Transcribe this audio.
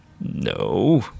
No